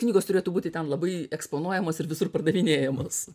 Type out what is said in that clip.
knygos turėtų būti ten labai eksponuojamos ir visur pardavinėjamos